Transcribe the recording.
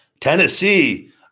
Tennessee